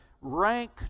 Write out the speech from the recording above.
rank